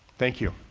thank you.